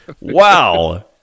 Wow